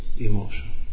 emotion